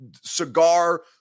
cigar